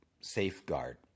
safeguard